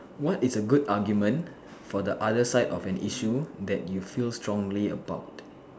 what is a good argument for the other side of an issue that you feel strongly about